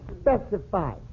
Specify